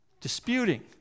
disputing